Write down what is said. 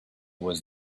was